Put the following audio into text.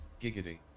Giggity